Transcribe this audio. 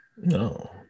No